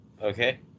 Okay